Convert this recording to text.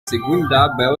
segunda